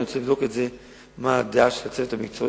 רוצה לבדוק מה הדעה של הצוות המקצועי,